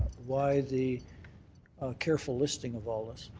why the careful listing of all this?